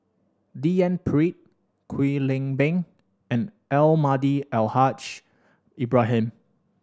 D N Pritt Kwek Leng Beng and Almahdi Al Haj Ibrahim